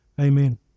Amen